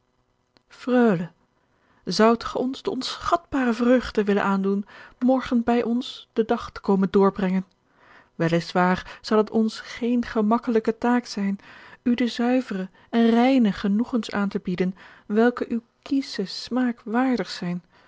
zoudt gij ons de onschatbare vreugde willen aandoen morgen bij ons den dag te komen doorbrengen wel is waar zal het ons geene gemakkelijke taak zijn u de zuivere en reine genoegens aan te bieden welke uw kieschen